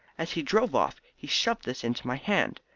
as he drove off he shoved this into my hand.